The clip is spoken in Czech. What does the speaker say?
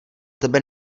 tebe